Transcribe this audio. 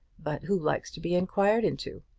but who likes to be inquired into?